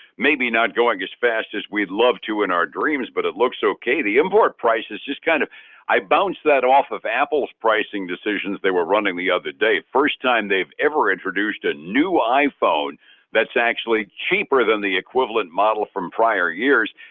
maybe not going as fast as we'd love to in our dreams, but it looks ok the import price is just kind of i bounced that off of apple's pricing decisions they were running the other day first time they've ever introduced a new iphone that's actually cheaper than the equivalent model from prior years.